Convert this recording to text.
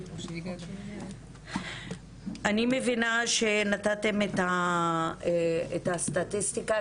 אני מבינה שנתתם את הסטטיסטיקה,